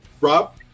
Rob